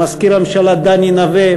ומזכיר הממשלה דני נוה,